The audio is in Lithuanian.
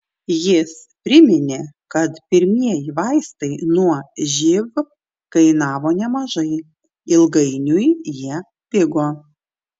jis priminė kad pirmieji vaistai nuo živ kainavo nemažai ilgainiui jie pigo